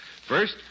First